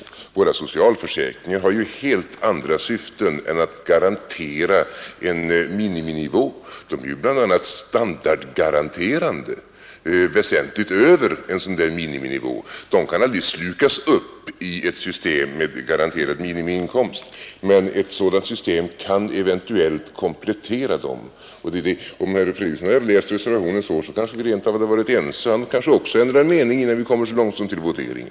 Våra socialförsäkringar har ju helt andra syften än att garantera en miniminivå. De är ju bl.a. standardgaranterande väsentligt över en sådan där miniminivå. De kan aldrig slukas upp i ett system med garanterad minimiinkomst, men ett sådant system kan eventuellt komplettera dem. Om herr Fredriksson hade läst reservationen så, hade vi kanske rent av varit ense; han kanskg också, ändgar mening innan vi kommer så långt som till voteringen.